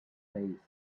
faith